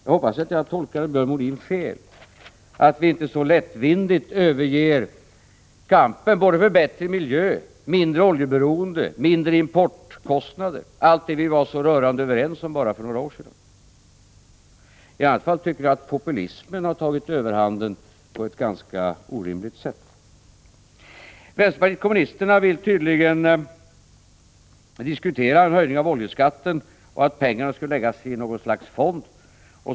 Jag hoppas att jag tolkar Björn Molin fel och att vi inte så lättvindigt överger kampen både för bättre miljö, för mindre oljeberoende, för lägre importkostnader — allt det som vi var så rörande överens om för bara några år sedan. I annat fall har populismen tagit överhanden på ett ganska orimligt sätt. Vänsterpartiet kommunisterna vill tydligen diskutera en höjning av oljeskatten och anser att pengarna skulle kunna läggas i en fond.